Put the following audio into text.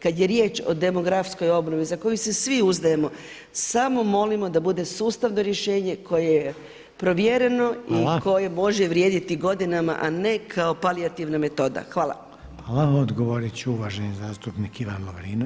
Kada je riječ o demografskoj obnovi za koju se svi uzdajemo samo molimo da bude sustavno rješenje koje je provjereno i koje može vrijediti godinama a ne kao palijativna metoda.